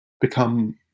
become